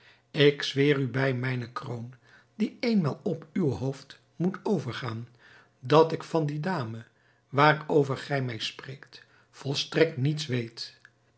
ik zweer u bij mijne kroon die éénmaal op uw hoofd moet overgaan dat ik van die dame waarover gij mij spreekt volstrekt niets weet